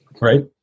right